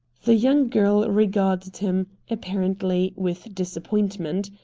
the young girl regarded him, apparently, with disappointment.